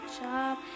job